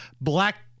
black